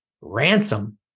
ransom